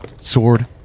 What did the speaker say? sword